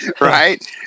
right